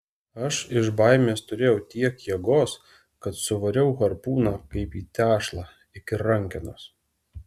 aš iš baimės turėjau tiek jėgos kad suvariau harpūną kaip į tešlą iki rankenos